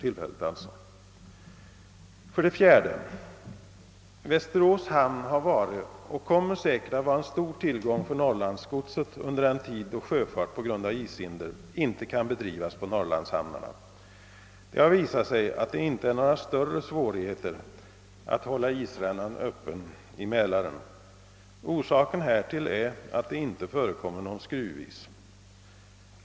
Slutligen har Västerås hamn varit och kommer säkert att vara en stor tillgång för norrlandsgodset under den tid då sjöfart på grund av ishinder inte kan bedrivas på norrlandshamnarna. Det har visat sig att det inie vållar några större svårigheter att hålla isrännan öppen i Mälaren. Orsaken härtill är att det inte förekommer någon skruvis.